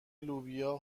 لوبیا